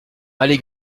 allée